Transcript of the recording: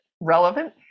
relevant